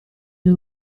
due